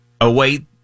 await